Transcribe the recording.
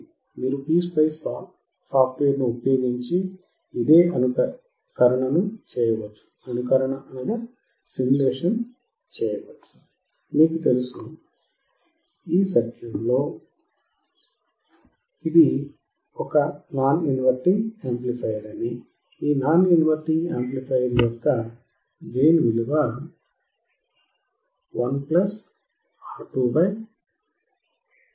కాబట్టి మీరు పీస్పైస్ సాఫ్ట్వేర్ను ఉపయోగించి అదే అనుకరణను చేయవచ్చు